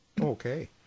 Okay